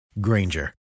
Granger